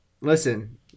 listen